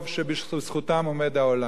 שבזכותם עומד העולם.